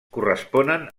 corresponen